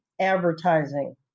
advertising